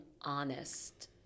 honest